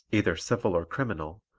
either civil or criminal,